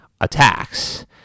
attacks